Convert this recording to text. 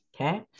okay